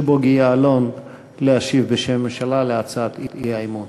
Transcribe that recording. בוגי יעלון להשיב בשם הממשלה על הצעת האי-אמון.